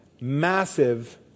massive